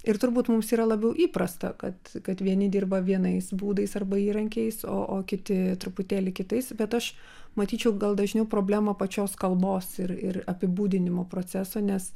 ir turbūt mums yra labiau įprasta kad kad vieni dirba vienais būdais arba įrankiais o o kiti truputėlį kitais bet aš matyčiau gal dažniau problemą pačios kalbos ir ir apibūdinimo proceso nes